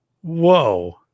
Whoa